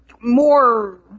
more